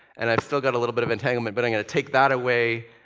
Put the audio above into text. and i still got a little bit of entanglement, but i'm going to take that away,